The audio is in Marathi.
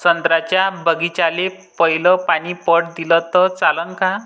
संत्र्याच्या बागीचाले पयलं पानी पट दिलं त चालन का?